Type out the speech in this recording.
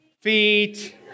Feet